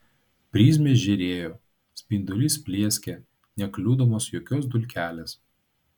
prizmės žėrėjo spindulys plieskė nekliudomas jokios dulkelės